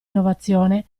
innovazione